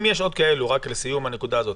רק לסיום הנקודה הזאת,